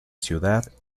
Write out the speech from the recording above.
ciudad